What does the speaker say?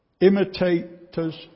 imitators